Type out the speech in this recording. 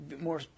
more